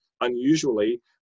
unusually